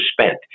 spent